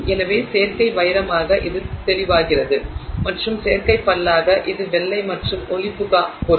எனவே செயற்கை வைரமாக இது தெளிவாகிறது மற்றும் செயற்கை பல்லாக இது வெள்ளை மற்றும் ஒளிபுகா பொருள்